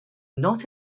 not